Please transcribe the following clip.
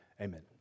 amen